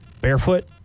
barefoot